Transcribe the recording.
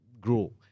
grow